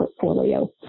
portfolio